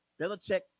Belichick